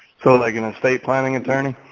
so like an estate planning attorney.